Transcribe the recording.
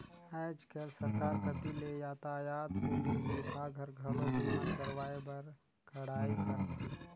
आयज कायज सरकार कति ले यातयात पुलिस विभाग हर, घलो बीमा करवाए बर कड़ाई करथे